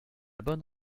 bonne